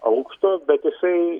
aukšto bet jisai